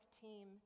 team